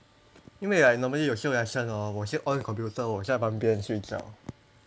因为 right normally 有些 lesson hor 我先 on computer 我在旁边睡觉